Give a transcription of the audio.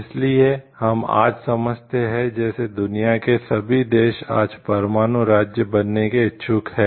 इसलिए हम आज समझते हैं जैसे दुनिया के सभी देश आज परमाणु राज्य बनने के इच्छुक हैं